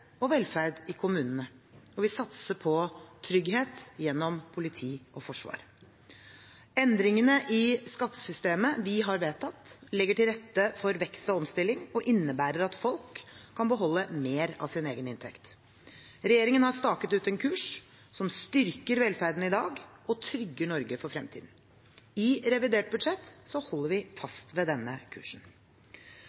og velferd i kommunene. Og vi satser på trygghet gjennom politi og forsvar. Endringene i skattesystemet vi har vedtatt, legger til rette for vekst og omstilling og innebærer at folk kan beholde mer av sin egen inntekt. Regjeringen har staket ut en kurs som styrker velferden i dag og trygger Norge for fremtiden. I revidert budsjett holder vi